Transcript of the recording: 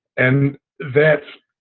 and that's,